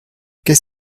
qu’est